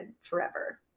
forever